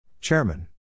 Chairman